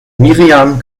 miriam